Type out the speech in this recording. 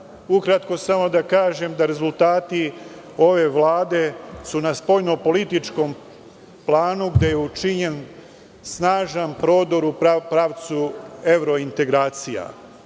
samo da kažem da rezultati ove vlade su na spoljnopolitičkom planu gde je učinjen snažan prodor u pravcu evrointegracija.